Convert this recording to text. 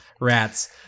Rats